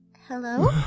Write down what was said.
Hello